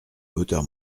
hauteur